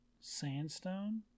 sandstone